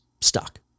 stuck